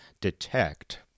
detect